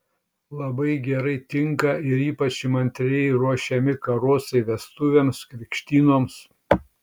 labai gerai tinka ir ypač įmantriai ruošiami karosai vestuvėms krikštynoms